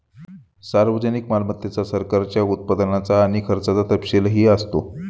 सार्वजनिक मालमत्तेत सरकारच्या उत्पन्नाचा आणि खर्चाचा तपशीलही असतो